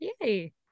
Yay